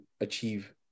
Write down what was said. achieve